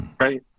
Right